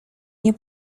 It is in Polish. nie